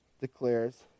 declares